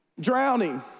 drowning